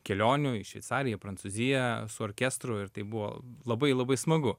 kelionių į šveicariją į prancūziją su orkestru ir tai buvo labai labai smagu